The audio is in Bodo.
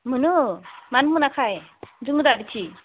मोनो मानो मोनाखाय दोङो दा बिथिं